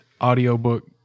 audiobook